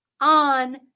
on